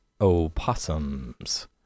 opossums